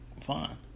Fine